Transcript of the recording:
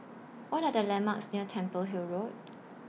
What Are The landmarks near Temple Hill Road